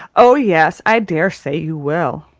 oh, yes, i dare say you will.